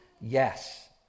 Yes